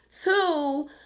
two